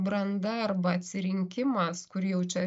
branda arba atsirinkimas kuri jau čia